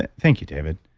and thank you, david.